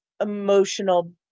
emotional